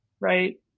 Right